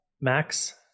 Max